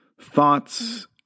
thoughts